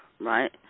right